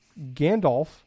Gandalf